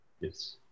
Yes